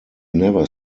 never